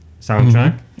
soundtrack